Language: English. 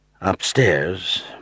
Upstairs